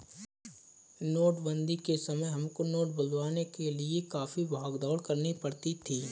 नोटबंदी के समय हमको नोट बदलवाने के लिए काफी भाग दौड़ करनी पड़ी थी